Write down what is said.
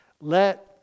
Let